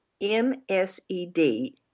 M-S-E-D